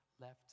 left